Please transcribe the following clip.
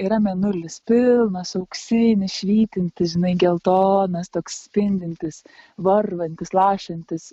yra mėnulis pilnas auksinis švytintis žinai geltonas toks spindintis varvantis lašantis